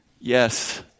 Yes